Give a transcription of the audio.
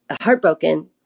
heartbroken